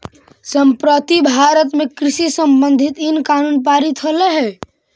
संप्रति भारत में कृषि संबंधित इन कानून पारित होलई हे